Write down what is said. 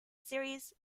series